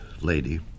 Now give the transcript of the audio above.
lady